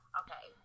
okay